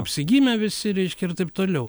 apsigimę visi reiškia ir taip toliau